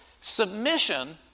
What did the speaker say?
Submission